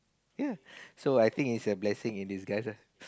ya so I think is a blessing in disguise lah